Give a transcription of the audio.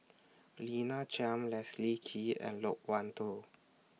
Lina Chiam Leslie Kee and Loke Wan Tho